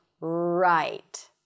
right